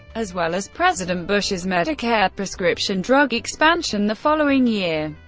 as well as president bush's medicare prescription drug expansion the following year.